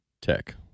Tech